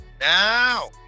Now